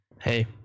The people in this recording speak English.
Hey